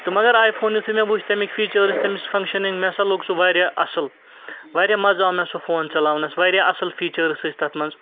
تہٕ مگر iPhone یُتھٕے وٕچھ تَمِکۍ فیٖچٲرٕس تَمِچ فَنٛگشنِنٛگ مےٚ ہسا لوٚگ سُہ واریاہ اَصٕل واریاہ مَزٕ آو مےٚ سُہ فون چلاونَس واریاہ اَصٕل فیٖچٲرٕس ٲسۍ تَتھ منٛز